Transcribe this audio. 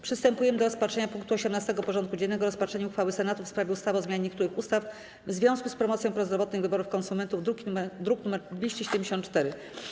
Przystępujemy do rozpatrzenia punktu 18. porządku dziennego: Rozpatrzenie uchwały Senatu w sprawie ustawy o zmianie niektórych ustaw w związku z promocją prozdrowotnych wyborów konsumentów (druk nr 274)